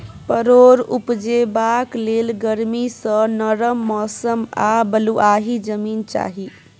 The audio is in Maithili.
परोर उपजेबाक लेल गरमी सँ नरम मौसम आ बलुआही जमीन चाही